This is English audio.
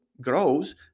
grows